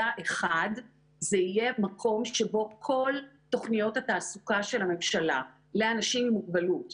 אני בטוח שכשיהיה תקציב, המשרדים המעורבים